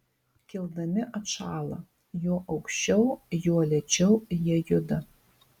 kildami atšąla juo aukščiau juo lėčiau jie juda